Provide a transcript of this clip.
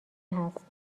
هست